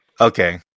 Okay